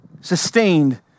sustained